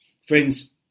friends